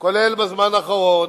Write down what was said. כולל בזמן האחרון,